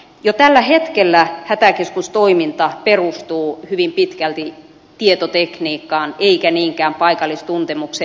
jo tällä hetkellä hätäkeskustoiminta perustuu hyvin pitkälti tietotekniikkaan eikä niinkään paikallistuntemukseen